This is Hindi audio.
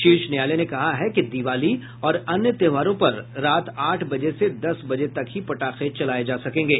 शीर्ष न्यायालय ने कहा है कि दिवाली और अन्य त्योहारों पर रात आठ बजे से दस बजे तक ही पटाखे चलाये जा सकेंगे